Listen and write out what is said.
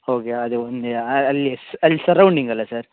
okay ಅದೆ ಒಂದೆ ಅಲ್ಲಿ ಅಲ್ಲಿ ಸರೌಂಡಿಂಗೆಲ್ಲ ಸರ್